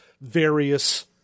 various